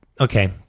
Okay